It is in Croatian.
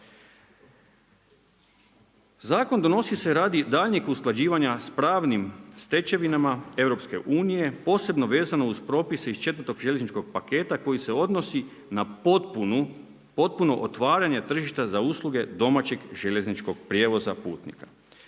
Zakon donosi se radi daljnjeg usklađivanja s pravnim stečevinama EU, posebno vezano uvaženi zastupnik propise iz 4 željezničkog paketa koji se odnosi na potpuno otvaranje tržišta za usluge, domaćeg željezničkog prijevoza putnika.